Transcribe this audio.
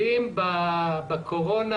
אם בקורונה,